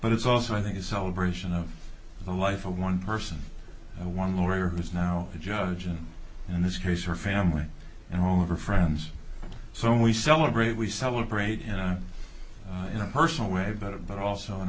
but it's also i think the celebration of the life of one person one lawyer who's now a judge and in this case her family and all of her friends so we celebrate we celebrate you know in a personal way better but also in a